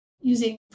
using